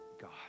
God